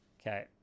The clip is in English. Okay